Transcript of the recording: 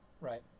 right